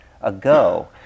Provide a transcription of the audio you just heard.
ago